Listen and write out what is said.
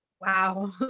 Wow